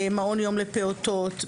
מעון יום לפעוטות,